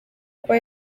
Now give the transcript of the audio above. kuba